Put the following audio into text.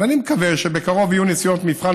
ואני מקווה שבקרוב יהיו נסיעות מבחן,